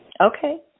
Okay